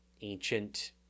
ancient